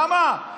למה?